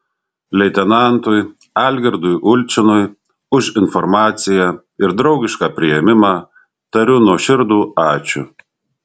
leitenantui algirdui ulčinui už informaciją ir draugišką priėmimą tariu nuoširdų ačiū